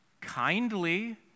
Kindly